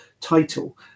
title